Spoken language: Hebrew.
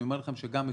גם אתמול,